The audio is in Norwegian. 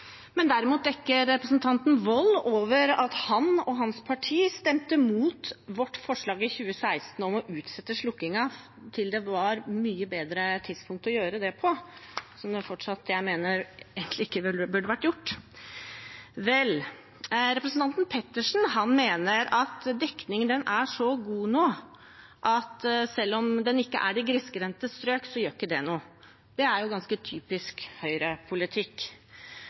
hans parti stemte mot vårt forslag i 2016 om å utsette slukkingen til et mye bedre tidspunkt å gjøre det på, og jeg mener egentlig at det fortsatt ikke burde vært gjort. Representanten Pettersen mener at dekningen er så god nå at selv om dekningen ikke er så god i grisgrendte strøk, gjør ikke det noe. Det er jo ganske typisk